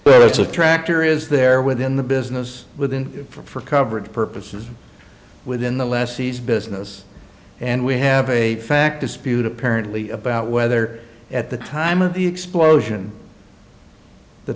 a tractor is there within the business within for coverage purposes within the last sees business and we have a fact dispute apparently about whether at the time of the explosion the